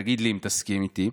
תגיד לי אם תסכים איתי.